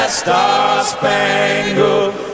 star-spangled